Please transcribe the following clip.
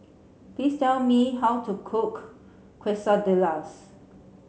please tell me how to cook Quesadillas